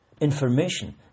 Information